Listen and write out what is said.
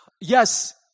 yes